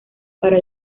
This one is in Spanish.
para